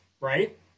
right